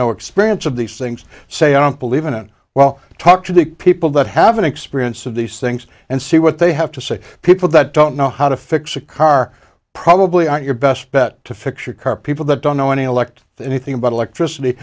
no experience of these things say i don't believe in well talk to the people that have an experience of these things and see what they have to say people that don't know how to fix a car probably are your best bet to fix your car people that don't know any elect anything about electricity